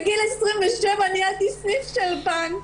בגיל 27 ניהלתי סניף של בנק.